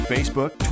Facebook